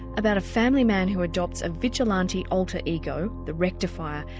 about a family man who adopts a vigilante alter ego, the rectifier,